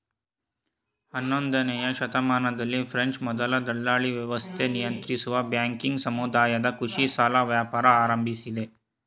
ಹನ್ನೊಂದನೇಯ ಶತಮಾನದಲ್ಲಿ ಫ್ರೆಂಚ್ ಮೊದಲ ದಲ್ಲಾಳಿವ್ಯವಸ್ಥೆ ನಿಯಂತ್ರಿಸುವ ಬ್ಯಾಂಕಿಂಗ್ ಸಮುದಾಯದ ಕೃಷಿ ಸಾಲ ವ್ಯಾಪಾರ ಆರಂಭಿಸಿದೆ